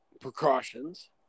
precautions